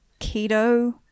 keto